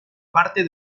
parte